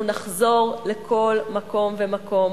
אנחנו נחזור לכל מקום ומקום.